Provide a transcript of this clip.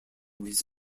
his